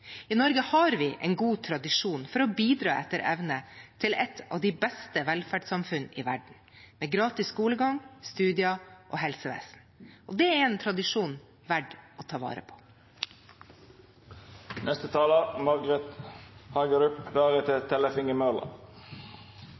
I Norge har vi en god tradisjon for å bidra etter evne til et av de beste velferdssamfunnene i verden, med gratis skolegang, studier og helsevesen. Det er en tradisjon verdt å ta vare på.